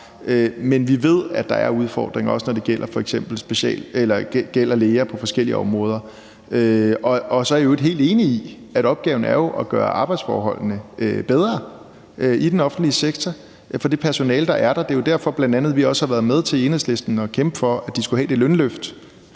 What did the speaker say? Men vi ved, at der er udfordringer, også når det f.eks. gælder læger på forskellige områder. Så er jeg i øvrigt helt enig i, at opgaven er at gøre arbejdsforholdene i den offentlige sektor bedre for det personale, der er der. Det er bl.a. også derfor, vi i Enhedslisten har været med til at kæmpe for, at de skulle have det lønløft,